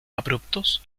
abruptos